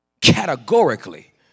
categorically